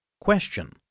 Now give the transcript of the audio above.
Question